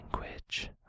language